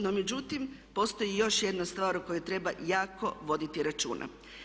No međutim, postoji još jedna stvar o kojoj treba jako voditi računa.